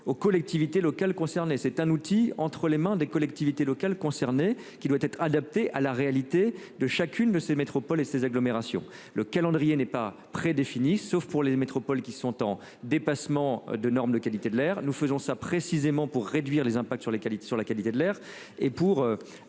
aux collectivités locales concernées. C'est un outil entre les mains des collectivités locales concernées qui doit être adapté à la réalité de chacune de ces métropoles et ces agglomérations le calendrier n'est pas très défini, sauf pour les métropoles qui sont en dépassement de normes de qualité de l'air, nous faisons ça précisément pour réduire les impacts sur les qualités sur